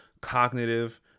cognitive